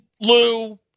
Lou